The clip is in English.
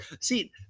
See